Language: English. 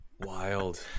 Wild